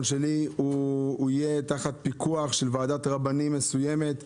שלי יהיה תחת פיקוח של ועדת רבנים מסוימת,